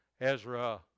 Ezra